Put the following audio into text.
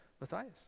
Matthias